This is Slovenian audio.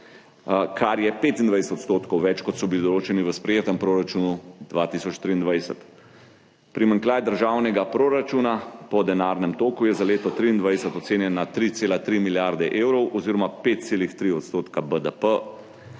kar je 25 % več, kot so bili določeni v sprejetem proračunu 2023. Primanjkljaj državnega proračuna po denarnem toku je za leto 2023 ocenjen na 3,3 milijarde evrov oziroma 5,3 % BDP.